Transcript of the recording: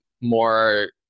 more